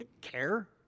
Care